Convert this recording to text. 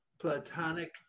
platonic